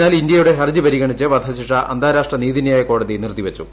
എന്നാൽ ഇന്ത്യയുടെ ഹർജ്ജി പരിഗണിച്ച് വധശിക്ഷ അന്താരാഷ്ട്ര നീതിന്യായ കോടതി നിർത്തിവച്ചു